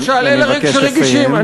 למשל, אני מבקש לסיים.